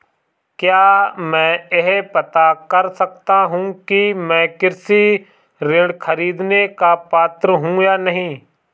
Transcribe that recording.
क्या मैं यह पता कर सकता हूँ कि मैं कृषि ऋण ख़रीदने का पात्र हूँ या नहीं?